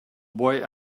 boy